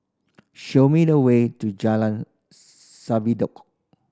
show me the way to Jalan